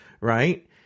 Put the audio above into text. Right